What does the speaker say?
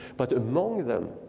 but among them,